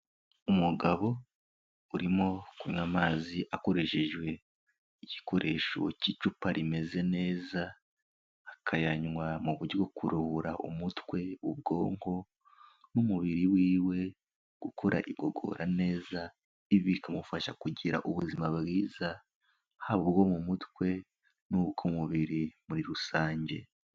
Umugabo urimo kunywa amazi akoreshejwe igikoresho cy'icupa rimeze neza, akayanywa mu buryo kuruhura umutwe, ubwonko n'umubiri wiwe gukora igogora neza, ibi bikamufasha kugira ubuzima bwiza, haba ubwo mu mutwe n'ubw'umubiri muri rusange.